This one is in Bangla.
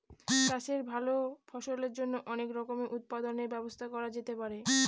চাষের ভালো ফলনের জন্য অনেক রকমের উৎপাদনের ব্যবস্থা করা যেতে পারে